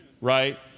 right